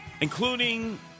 including